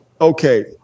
okay